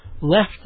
left